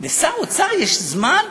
לשר האוצר יש זמן?